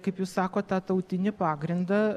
kaip jūs sakot tą tautinį pagrindą